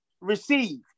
receive